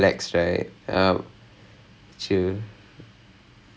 are there more ah there are a lot more chill you can see it in the pacing already you know